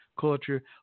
culture